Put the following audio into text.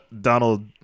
Donald